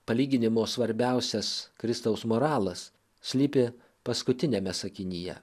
palyginimo svarbiausias kristaus moralas slypi paskutiniame sakinyje